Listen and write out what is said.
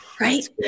Right